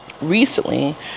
recently